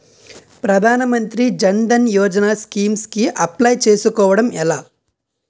ప్రధాన మంత్రి జన్ ధన్ యోజన స్కీమ్స్ కి అప్లయ్ చేసుకోవడం ఎలా?